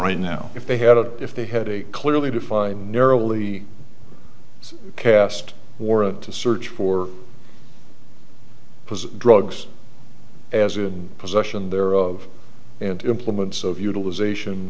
right now if they had to if they had a clearly defined narrowly cast warrant to search for because drugs as in possession there of and implements of utilization